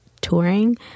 touring